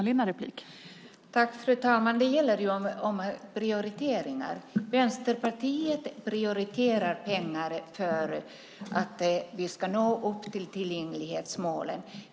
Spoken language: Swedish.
Fru talman! Det handlar om prioriteringar. Vänsterpartiet prioriterar pengar för att nå tillgänglighetsmålen.